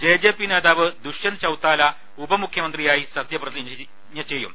J J P നേതാവ് ദുഷ്യന്ത് ചൌതാല ഉപമുഖ്യമന്ത്രിയായി സത്യപ്രതിജ്ഞ ചെയ്യും